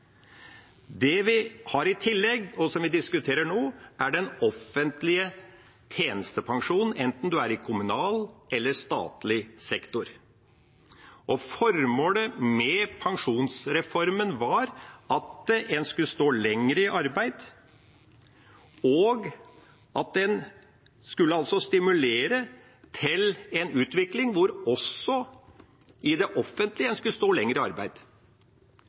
Det vi har i tillegg, og som vi diskuterer nå, er den offentlige tjenestepensjonen, enten en er i kommunal eller i statlig sektor. Formålet med pensjonsreformen var at en skulle stå lenger i arbeid, og at en skulle stimulere til en utvikling hvor en også i det offentlige skulle stå lenger i arbeid.